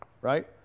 right